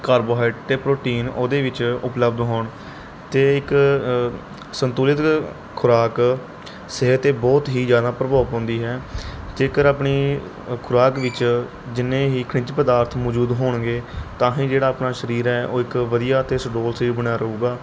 carbohydrate ਅਤੇ protein ਉਹਦੇ ਵਿੱਚ ਉਪਲੱਬਧ ਹੋਣ ਅਤੇ ਇੱਕ ਸੰਤੁਲਿਤ ਖ਼ੁਰਾਕ ਸਿਹਤ 'ਤੇ ਬਹੁਤ ਹੀ ਜ਼ਿਆਦਾ ਪ੍ਰਭਾਵ ਪਾਉਂਦੀ ਹੈ ਜੇਕਰ ਆਪਣੀ ਅ ਖ਼ੁਰਾਕ ਵਿੱਚ ਜਿੰਨੇ ਹੀ ਖਣਿਜ ਪਦਾਰਥ ਮੌਜੂਦ ਹੋਣਗੇ ਤਾਂ ਹੀ ਜਿਹੜਾ ਆਪਣਾ ਸਰੀਰ ਹੈ ਉਹ ਇੱਕ ਵਧੀਆ ਅਤੇ ਸੁਡੋਲ ਸਰੀਰ ਬਣਿਆ ਰਹੇਗਾ